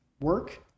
work